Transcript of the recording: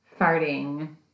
farting